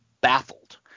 baffled